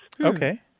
Okay